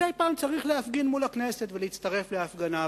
מדי פעם צריך להפגין מול הכנסת ולהצטרף להפגנה,